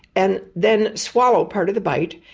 and then swallow part of the bite,